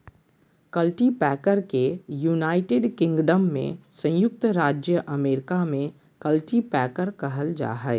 cultipacker के United Kingdom में संयुक्त राज्य अमेरिका में कल्टीपैकर कहल जा हइ